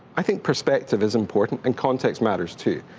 i think perspective is important and context matters, too.